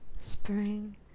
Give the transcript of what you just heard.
Spring